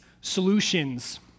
solutions